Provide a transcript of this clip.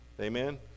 Amen